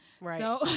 Right